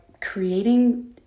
creating